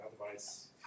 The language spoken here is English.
Otherwise